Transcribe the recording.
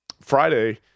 Friday